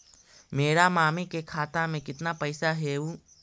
मेरा मामी के खाता में कितना पैसा हेउ?